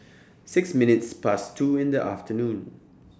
six minutes Past two in The afternoon